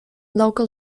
local